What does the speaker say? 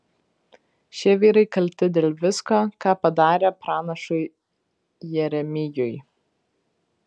šie vyrai kalti dėl visko ką padarė pranašui jeremijui